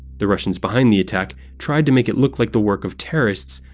the russians behind the attack tried to make it look like the work of terrorists,